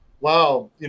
wow